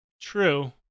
True